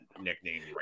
nickname